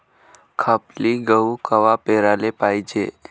खपली गहू कवा पेराले पायजे?